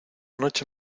noche